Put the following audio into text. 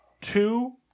two